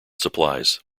supplies